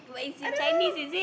I don't know